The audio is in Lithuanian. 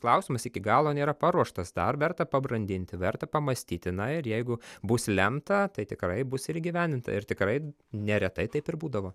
klausimas iki galo nėra paruoštas dar verta pabrandinti verta pamąstyti na ir jeigu bus lemta tai tikrai bus ir įgyvendinta ir tikrai neretai taip ir būdavo